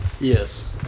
Yes